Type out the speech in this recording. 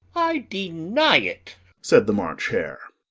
i deny it said the march hare.